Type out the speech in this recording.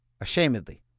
ashamedly